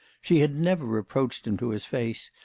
she had never reproached him to his face,